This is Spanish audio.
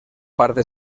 parte